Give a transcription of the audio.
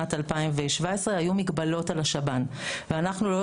משנת 2017 היו מגבלות על השב"ן ואנחנו לא